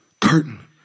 Curtain